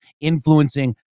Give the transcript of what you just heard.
influencing